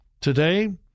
Today